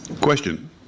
question